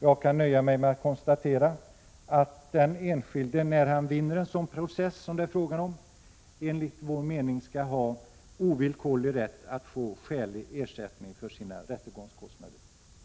Jag kan nöja mig med att konstatera att den enskilde, när han vinner en sådan process som det — Prot. 1986/87:122 är fråga om, enligt vår mening skall ha ovillkorlig rätt att få skälig ersättning 13 maj 1987 för sina rättegångskostnader.